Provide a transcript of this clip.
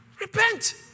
Repent